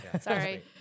Sorry